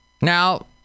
Now